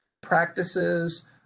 practices